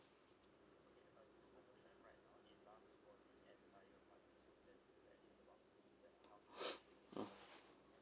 mm